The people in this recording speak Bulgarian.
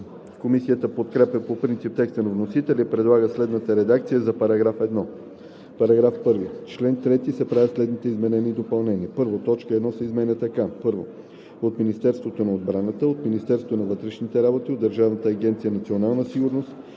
Комисията подкрепя по принцип текста на вносителя и предлага следната редакция за § 1: „§ 1. В чл. 3 се правят следните изменения и допълнения: 1. Точка 1 се изменя така: „1. от Министерството на отбраната, от Министерството на вътрешните работи, от Държавна агенция „Национална сигурност“,